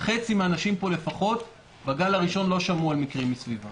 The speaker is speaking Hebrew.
חצי מן האנשים פה לפחות בגל הראשון לא שמעו על מקרים מסביבם.